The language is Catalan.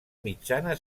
mitjana